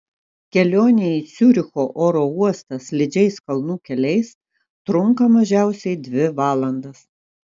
kelionė į ciuricho oro uostą slidžiais kalnų keliais trunka mažiausiai dvi valandas